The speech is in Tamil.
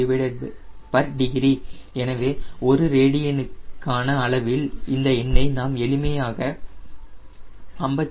022degree எனவே ஒரு ரேடியனுக்கான அளவில் இந்த எண்ணை நாம் எளிமையாக 57